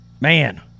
man